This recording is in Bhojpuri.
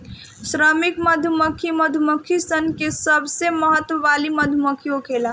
श्रमिक मधुमक्खी मधुमक्खी सन में सबसे महत्व वाली मधुमक्खी होखेले